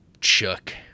Chuck